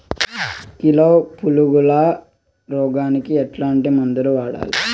Kilo పులుగుల రోగానికి ఎట్లాంటి మందులు వాడాలి?